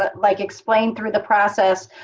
ah like, explained through the process,